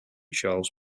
charles